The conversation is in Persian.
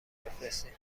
بفرستین